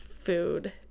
food